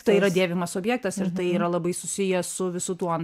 tai yra dėvimas objektas ir tai yra labai susiję su visu tuo